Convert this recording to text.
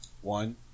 One